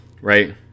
right